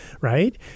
right